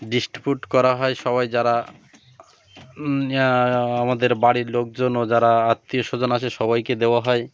distribute করা হয় সবাই যারা আমাদের বাড়ির লোকজন যারা আত্মীয় স্বজন আছে সবাইকে দেওয়া হয়